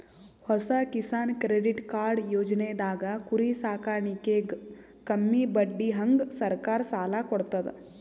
ಹೊಸ Kisan credit card ಯೋಜನೆದಾಗ್ ಕುರಿ ಸಾಕಾಣಿಕೆಗ್ ಕಮ್ಮಿ ಬಡ್ಡಿಹಂಗ್ ಸರ್ಕಾರ್ ಸಾಲ ಕೊಡ್ತದ್